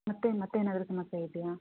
ಮತ್ತು ಮತ್ತೇನಾದರೂ ಸಮಸ್ಯೆ ಇದೆಯಾ